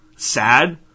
sad